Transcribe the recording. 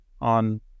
on